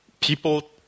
people